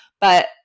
but-